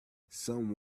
some